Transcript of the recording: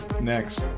Next